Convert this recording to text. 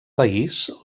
país